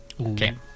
Okay